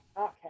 Okay